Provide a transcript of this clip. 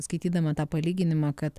skaitydama tą palyginimą kad